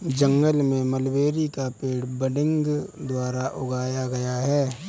जंगल में मलबेरी का पेड़ बडिंग द्वारा उगाया गया है